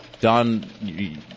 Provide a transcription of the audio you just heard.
Don